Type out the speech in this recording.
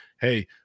hey